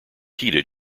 heated